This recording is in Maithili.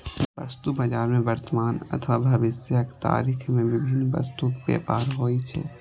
वस्तु बाजार मे वर्तमान अथवा भविष्यक तारीख मे विभिन्न वस्तुक व्यापार होइ छै